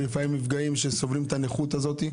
ולפעמים יש נפגעים שסובלים את הנכות הזאת.